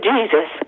Jesus